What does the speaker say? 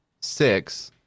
six